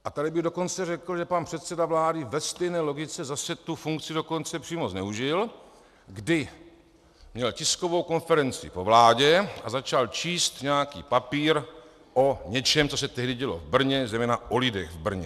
A tady bych dokonce řekl, že pan předseda vlády ve stejné logice zase tu funkci dokonce přímo zneužil, kdy měl tiskovou konferenci po vládě a začal číst nějaký papír o něčem, co se tehdy dělo v Brně, zejména o lidech v Brně.